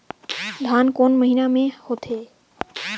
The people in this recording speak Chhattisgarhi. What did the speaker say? धान कोन महीना मे होथे?